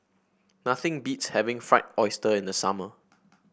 nothing beats having Fried Oyster in the summer